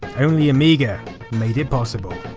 only amiga made it possible.